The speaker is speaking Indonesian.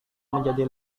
menjadi